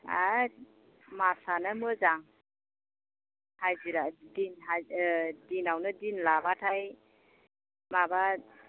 मासानो मोजां हाजिरा दिन दिनावनो दिन लाबाथाय माबा